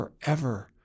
forever